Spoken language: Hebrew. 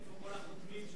איפה כל החותמים,